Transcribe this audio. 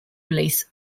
release